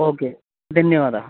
okay धन्यवादः